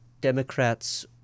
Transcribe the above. Democrats